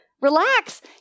Relax